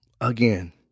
again